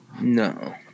No